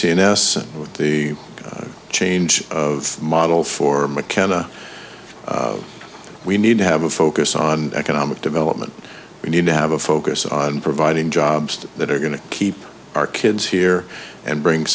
cns the change of model for mckenna we need to have a focus on economic development we need to have a focus on providing jobs that are going to keep our kids here and bring